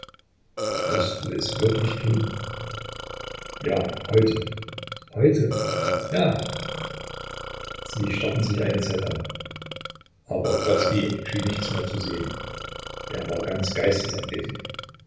wirst du es wirklich tun ja heute heute ja sie starrten sich eine zeit an aber grodzki schien nichts mehr zu sehen er war ganz geistesabwesend